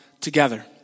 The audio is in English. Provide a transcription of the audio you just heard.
together